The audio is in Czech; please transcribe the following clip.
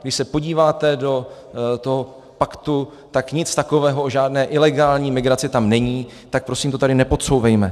Když se podíváte do toho paktu, tak nic takového o žádné ilegální migraci tam není, tak to prosím tady nepodsouvejme.